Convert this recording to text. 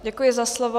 Děkuji za slovo.